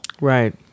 Right